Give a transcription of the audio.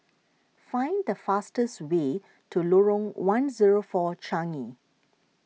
find the fastest way to Lorong one zero four Changi